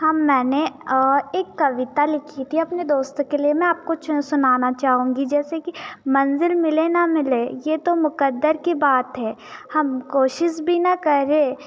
हाँ मैंने एक कविता लिखी थी अपने दोस्तों के लिए मैं आप कुछ सुनाना चाहूँगी जैसे कि मंजिल मिले ना मिले ये तो मुकद्दर कि बात है हम कोशिश भी न करें